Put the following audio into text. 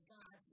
God